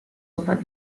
over